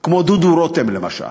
כמו דודו רותם, למשל.